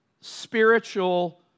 spiritual